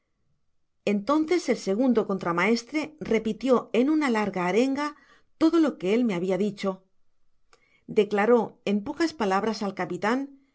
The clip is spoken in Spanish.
entonces el segundo contramaetre repitio en una larga arenga todo lo que él me habia dicho declaró en pocas palabras a capitan